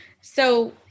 So-